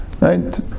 right